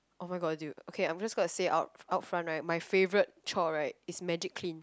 oh-my-god dude okay I'm gonna say out out front my favourite chore right is Magic Clean